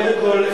קודם כול,